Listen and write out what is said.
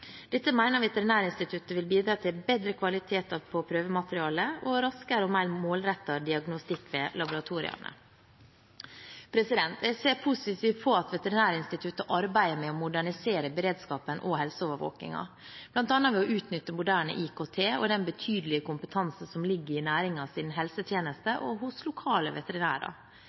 Dette mener Veterinærinstituttet vil bidra til bedre kvalitet på prøvemateriale og raskere og mer målrettet diagnostikk ved laboratoriene. Jeg ser positivt på at Veterinærinstituttet arbeider med å modernisere beredskapen og helseovervåkingen, bl.a. ved å utnytte moderne IKT og den betydelige kompetansen som ligger i